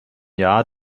jahr